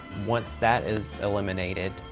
once that is eliminated,